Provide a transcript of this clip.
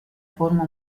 forma